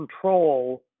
control